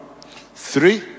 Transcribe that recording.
Three